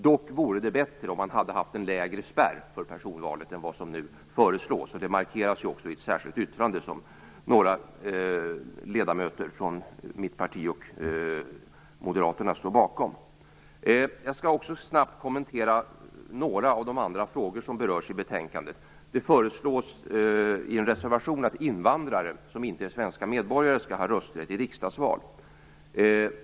Dock vore det bättre med en lägre spärr för personvalet än vad som nu föreslås. Det markeras också i ett särskilt yttrande som några ledamöter från mitt parti och Moderaterna står bakom. Jag skall också snabbt kommentera några andra frågor som berörs i betänkandet. Det föreslås i en reservation att invandrare som inte är svenska medborgare skall ha rösträtt i riksdagsval.